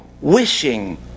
wishing